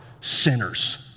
sinners